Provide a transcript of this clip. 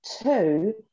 two